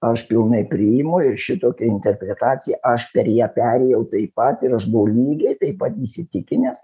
aš pilnai priimu ir šitokia interpretacija aš per ją perėjau taip pat ir aš buvau lygiai taip pat įsitikinęs